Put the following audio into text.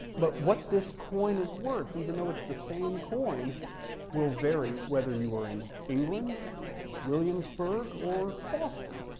but what this coin is worth even though it's the same coin will vary whether you were in england or williamsburg or boston.